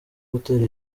gutera